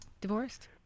divorced